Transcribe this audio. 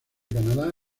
canadá